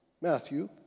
Matthew